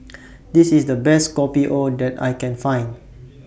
This IS The Best Kopi O that I Can Find